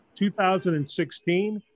2016